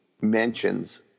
mentions